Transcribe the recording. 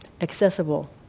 accessible